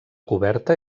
coberta